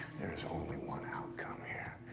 there is only one outcome here,